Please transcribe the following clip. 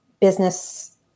Business